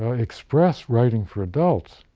ah express writing for adults